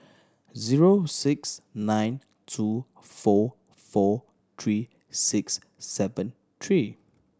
zero six nine two four four three six seven three